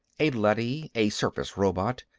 a leady, a surface robot,